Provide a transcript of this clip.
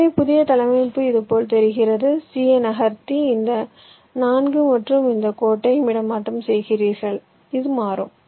எனவே புதிய தளவமைப்பு இதுபோல் தெரிகிறது c ஐ நகர்த்தி இந்த 4 மற்றும் இந்த கோட்டை இடமாற்றம் செய்கிறீர்கள் இது மாறும்